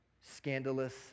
scandalous